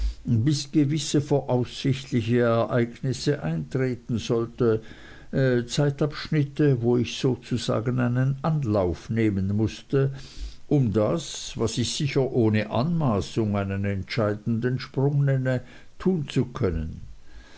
gewisse voraussichtliche ereignisse eintreten sollten zeitabschnitte wo ich sozusagen einen anlauf nehmen mußte um das was ich sicher ohne anmaßung einen entscheidenden sprung nenne tun zu können